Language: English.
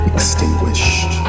Extinguished